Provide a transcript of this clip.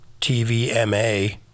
TVMA